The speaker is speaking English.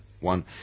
One